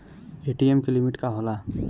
ATM की limit का होला?